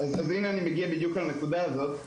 אני בדיוק מגיע לנקודה הזאת.